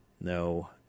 no